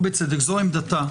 זאת עמדתה